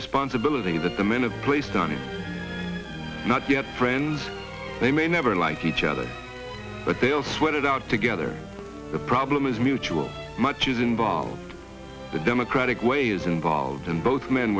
responsibility that the minute placed on it not yet friends they may never like each other but they'll sweat it out together the problem is mutual much is involved the democratic way is involved and both men